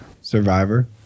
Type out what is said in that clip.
Survivor